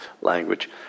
language